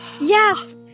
Yes